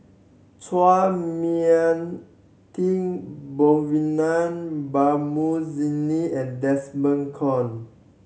Chua Mia Tee Babu and Desmond Kon